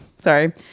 Sorry